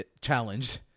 challenged